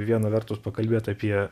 viena vertus pakalbėt apie